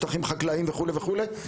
לפעילות בשטחים חקלאיים וכולי וכולי,